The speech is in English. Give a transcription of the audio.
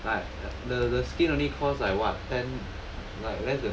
like the the skin only cost like what ten